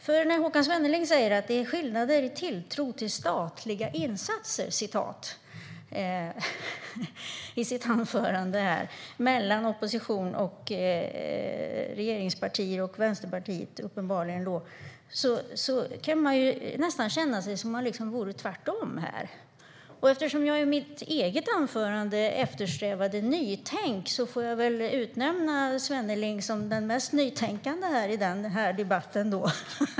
När Håkan Svenneling i sitt anförande säger att det är skillnader när det gäller tilltron till statliga insatser mellan opposition, regeringspartier och uppenbarligen Vänsterpartiet kan det kännas lite tvärtom här. Eftersom jag i mitt eget anförande eftersträvade nytänkande får jag väl utnämna Svenneling till den mest nytänkande här i debatten.